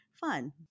fun